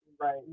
Right